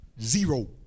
zero